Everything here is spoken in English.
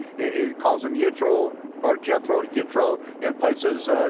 it calls him yitro, or jethro, yitro, in places.